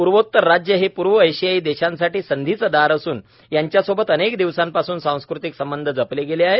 पूर्वोत्तर राज्ये ही पूर्व एशियाई देशांसाठी संधीचे दार असून यांच्यासोबत अनेक दिवसापासून सांस्कृतिक संबंध जपले गेले आहेत